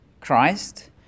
Christ